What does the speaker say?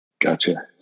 gotcha